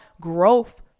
growth